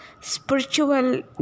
spiritual